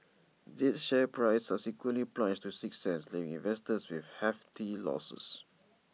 jade's share price subsequently plunged to six cents leaving investors with hefty losses